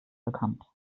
bekannt